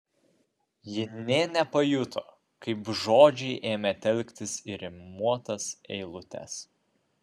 ji nė nepajuto kaip žodžiai ėmė telktis į rimuotas eilutes